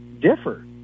differ